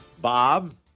Bob